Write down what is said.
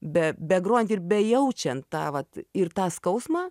be begrojant ir bejaučiant tą vat ir tą skausmą